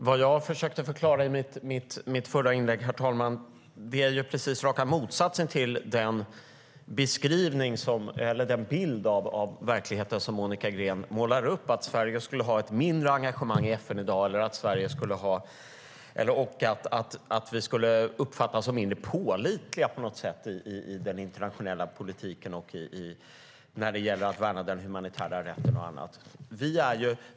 Vad jag försökte förklara i mitt förra inlägg var raka motsatsen till den bild av verkligheten som Monica Green målar upp av att Sverige skulle ha ett mindre engagemang i FN i dag och att vi skulle uppfattas som mindre pålitliga på något sätt i den internationella politiken och när det gäller att värna den humanitära rätten och annat.